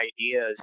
ideas